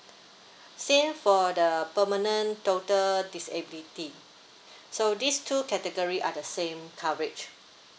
same for the permanent total disability so these two category are the same coverage